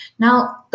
Now